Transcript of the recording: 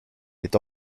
est